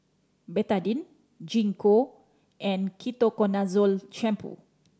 Betadine Gingko and Ketoconazole Shampoo